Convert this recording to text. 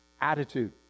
attitude